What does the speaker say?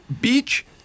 Beach